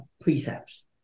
precepts